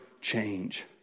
change